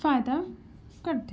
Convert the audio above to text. فائدہ کرتے